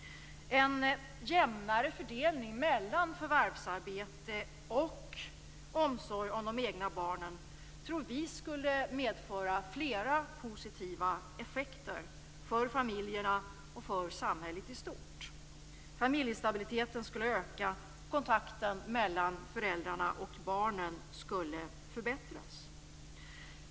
En jämnare fördelning mellan förvärvsarbete och omsorg om de egna barnen tror vi kristdemokrater skulle medföra flera positiva effekter för familjerna och för samhället i stort. Familjestabiliteten skulle öka, och kontakten mellan föräldrarna och barnen skulle förbättras.